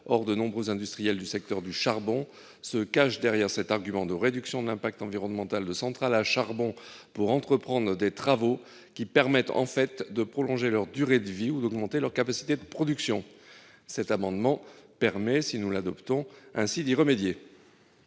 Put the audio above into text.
Or de nombreux industriels du secteur du charbon se cachent derrière cet argument de réduction de l'impact environnemental de centrales à charbon pour entreprendre des travaux permettant, en fait, de prolonger la durée de vie de celles-ci ou d'augmenter leur capacité de production. En adoptant cet amendement, nous pourrons y remédier.